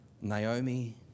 Naomi